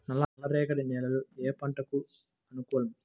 నల్ల రేగడి నేలలు ఏ పంటకు అనుకూలం?